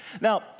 Now